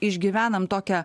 išgyvenam tokią